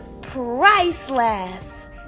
priceless